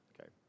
okay